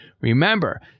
remember